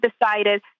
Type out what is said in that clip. decided